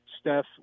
Steph